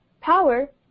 power